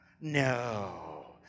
no